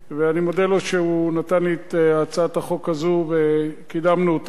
ואני מודה לו שהוא נתן לי את הצעת החוק הזאת וקידמנו אותה.